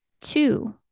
two